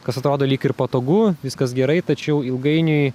kas atrodo lyg ir patogu viskas gerai tačiau ilgainiui